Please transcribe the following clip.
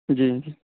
جی جی